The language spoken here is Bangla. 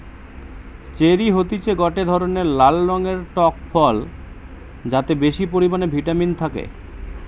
চেরি হতিছে গটে ধরণের লাল রঙের টক ফল যাতে বেশি পরিমানে ভিটামিন থাকে